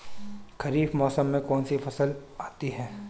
खरीफ मौसम में कौनसी फसल आती हैं?